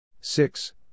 six